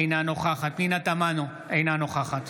אינה נוכחת פנינה תמנו, אינה נוכחת